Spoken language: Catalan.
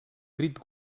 crit